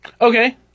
Okay